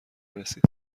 رسید